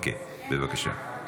(קורא בשמות חברי הכנסת)